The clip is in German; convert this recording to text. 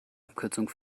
abkürzung